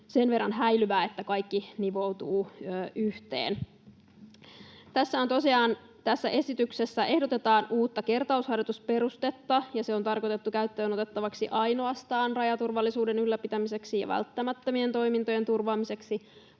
sen verran häilyvä, että kaikki nivoutuu yhteen. Tässä esityksessä tosiaan ehdotetaan uutta kertausharjoitusperustetta, ja se on tarkoitettu käyttöön otettavaksi ainoastaan rajaturvallisuuden ylläpitämiseksi ja välttämättömien toimintojen turvaamiseksi